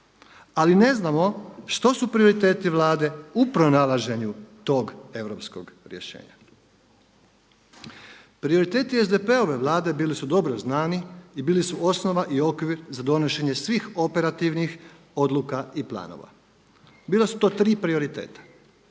Ali ne znamo što su prioriteti Vlade u pronalaženju tog europskog rješenja. Prioriteti SDP-ove vlade bili su dobro znani i bili su osnova i okvir za donošenje svih operativnih odluka i planova. Bila su to tri prioriteta